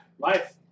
Life